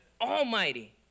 Almighty